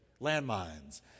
Landmines